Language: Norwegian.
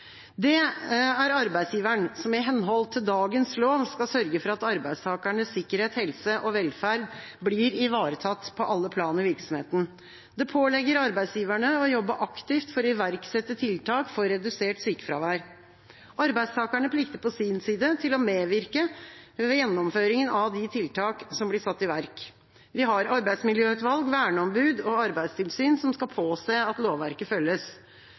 Det er arbeidsgiveren som i henhold til dagens lov skal sørge for at arbeidstakernes sikkerhet, helse og velferd blir ivaretatt på alle plan i virksomheten. Det pålegger arbeidsgiverne å jobbe aktivt for å iverksette tiltak for redusert sykefravær. Arbeidstakerne plikter på sin side til å medvirke ved gjennomføringen av de tiltak som blir satt i verk. Vi har arbeidsmiljøutvalg, verneombud og arbeidstilsyn som skal påse at lovverket følges.